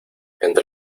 entre